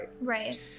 Right